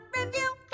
Review